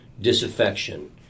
disaffection